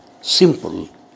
simple